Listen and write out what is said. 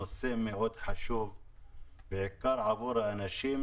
שזה נושא מאוד חשוב בעיקר עבור אנשים